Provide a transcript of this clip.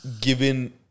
given